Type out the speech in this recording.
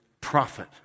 prophet